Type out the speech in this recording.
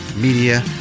media